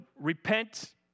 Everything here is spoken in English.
repent